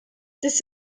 this